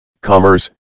Commerce